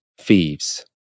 thieves